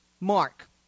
Mark